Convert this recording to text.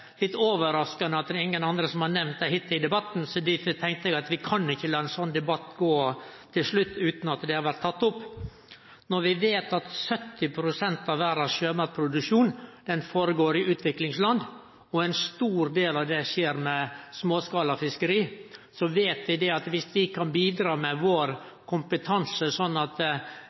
litt overraskande at ingen andre har nemnt dette hittil i debatten, derfor tenkte eg at vi kan ikkje ha ein sånn debatt utan at det til slutt vert teke opp. Når 70 pst. av verdas sjømatproduksjon føregår i utviklingsland – ein stor del skjer i småskala fiskeri - veit vi at dersom vi kan bidra med vår kompetanse, sånn at